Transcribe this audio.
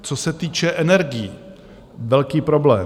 Co se týče energií, velký problém.